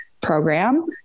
program